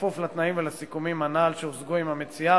בכפוף לתנאים ולסיכומים הנ"ל שהושגו עם המציעה,